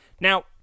Now